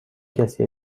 کسی